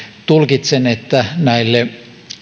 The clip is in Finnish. tulkitsen että näille